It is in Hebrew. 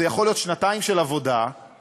זה יכול להיות שנתיים של עבודה שתסוקר